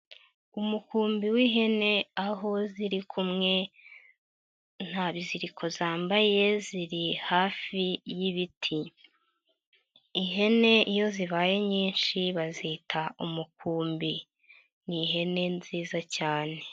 Umukumbi w'ihene aho ziri kumwe nta biziriko zambaye ziri hafi y'ibiti, ihene iyo zibaye nyinshi bazita umukumbi, ni ihene nziza cyane.